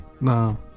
No